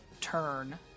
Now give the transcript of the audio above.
turn